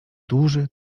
duży